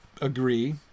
agree